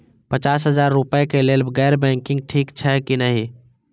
पचास हजार रुपए के लेल गैर बैंकिंग ठिक छै कि नहिं?